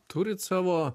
turit savo